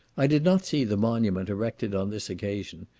i did not see the monument erected on this occasion,